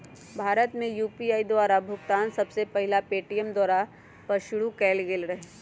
भारत में यू.पी.आई द्वारा भुगतान सबसे पहिल पेटीएमें द्वारा पशुरु कएल गेल रहै